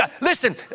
Listen